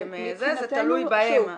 אתם --- זה תלוי בהם.